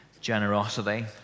generosity